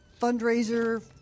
fundraiser